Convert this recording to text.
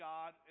God